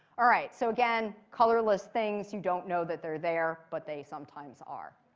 all right, so again, colorless things, you don't know that they're there, but they sometimes are.